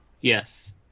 Yes